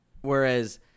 Whereas